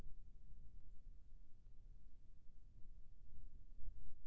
गेहूं के कटाई के बाद ओल ले ओला बचाए बर का करना ये?